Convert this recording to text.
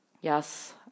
Yes